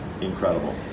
incredible